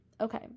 Okay